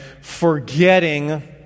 forgetting